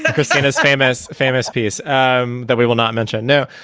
ah christina's famous famous piece um that we will not mention no,